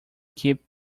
keep